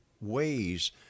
ways